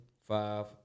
five